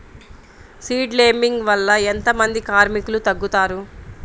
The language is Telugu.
సీడ్ లేంబింగ్ వల్ల ఎంత మంది కార్మికులు తగ్గుతారు?